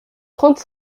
trente